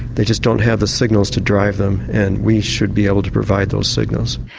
they just don't have the signals to drive them and we should be able to provide those signals.